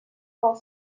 nou